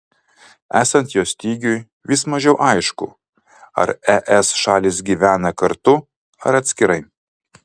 esant jo stygiui vis mažiau aišku ar es šalys gyvena kartu ar atskirai